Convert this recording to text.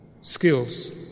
skills